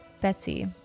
Betsy